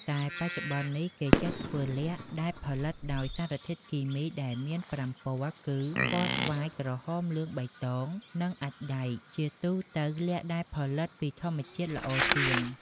តែបច្ចុប្បន្ននេះ គេចេះធ្វើល័ខ ដែលផលិតដោយសារធាតុគីមីដែលមាន ៥ ពណ៌គី ពណ៌ស្វាយ ក្រហម លឿង បៃតង និងអាចម៍ដែក ជាទូទៅ ល័ខដែលផលិតពីធម្មជាតិល្អជាង ។